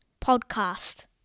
podcast